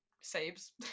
saves